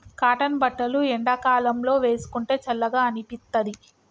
cotton బట్టలు ఎండాకాలం లో వేసుకుంటే చల్లగా అనిపిత్తది